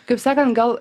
kaip sakant gal